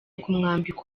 kumwambika